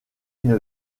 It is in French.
une